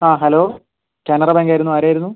ആ ഹലോ കാനറാ ബാങ്കായിരുന്നു ആരായിരുന്നു